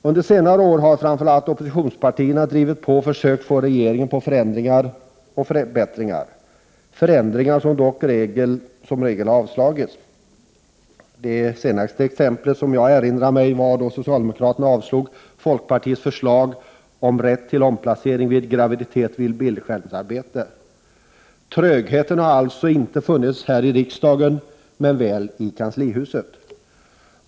Under senare år har framför allt oppositionspartierna drivit på och försökt att få med regeringen på förändringar och förbättringar. Förslagen till förbättringar har dock i regel avslagits. Det senaste exemplet som jag kan erinra mig är socialdemokraternas avslag på folkpartiets förslag om rätt till omplacering vid graviditet för den som har bildskärmsarbete. Trögheten har alltså inte funnits i riksdagen men väl i kanslihuset.